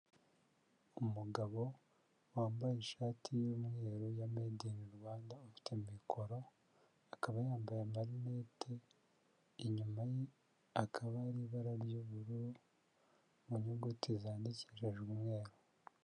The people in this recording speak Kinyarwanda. Umugabo wambaye ishati y'umweru ya medi ini Rwanda ufite mikoro, akaba yambaye amarinete, inyuma ye akaba ari ibara ry'ubururu, mu nyuguti zandikijwe umweru.